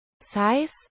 Size